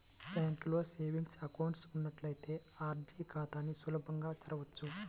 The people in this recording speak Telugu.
బ్యాంకులో సేవింగ్స్ అకౌంట్ ఉన్నట్లయితే ఆర్డీ ఖాతాని సులభంగా తెరవచ్చు